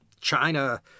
China